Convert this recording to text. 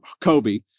Kobe